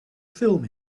film